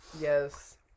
Yes